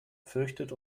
fürchtet